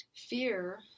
fear